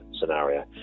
scenario